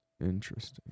Interesting